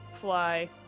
Fly